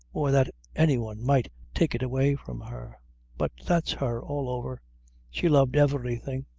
or that any one might take it away from her but that's her, all over she loved everything.